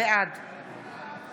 בעד